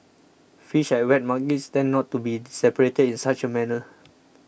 fish at wet markets tend not to be separated in such a manner